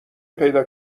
پیدا